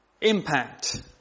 impact